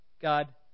God